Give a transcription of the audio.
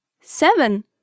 Seven